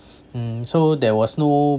mm so there was no